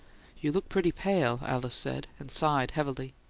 you look pretty pale, alice said, and sighed heavily.